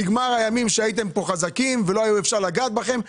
נגמר הימים שהייתם חזקים ואי אפשר היה לגעת בכם.